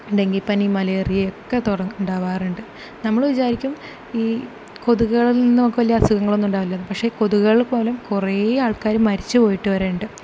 ഡെങ്കിപ്പനി മലേറിയ ഒക്കെ ഉണ്ടാവാറുണ്ട് നമ്മൾ വിചാരിക്കും ഈ കൊതുകുകളിൽ നിന്നൊക്കെ വലിയ അസുഖങ്ങളൊന്നും ഉണ്ടാവില്ലെന്ന് പക്ഷെ കൊതുകുകൾ പോലും കുറേ ആൾക്കാർ മരിച്ചു പോയിട്ട് വരെയുണ്ട്